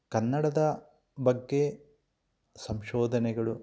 ಕನ್ನಡದ ಬಗ್ಗೆ ಸಂಶೋಧನೆಗಳು